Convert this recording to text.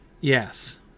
yes